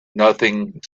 nothing